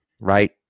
right